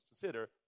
consider